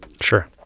sure